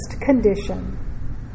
condition